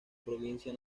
provincia